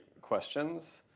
questions